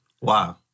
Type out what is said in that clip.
Wow